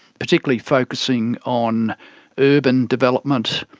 particularly focusing on urban development,